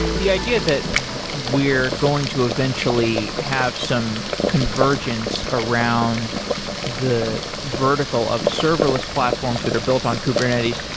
the idea that we're going to eventually have some convergence around the vertical of serverless platforms that are built on kubernetes,